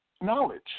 Knowledge